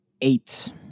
Eight